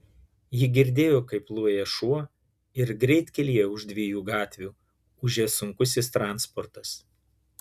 ji girdėjo kaip loja šuo ir greitkelyje už dviejų gatvių ūžia sunkusis transportas